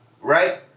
right